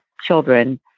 children